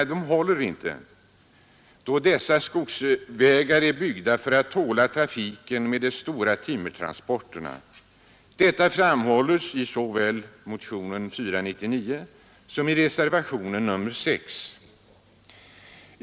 Men detta argument håller inte, då dessa skogsbilvägar är byggda för att tåla trafiken med de stora timmertransporterna. Detta framhålles såväl i motionen 499 som i reservationen 6.